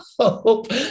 hope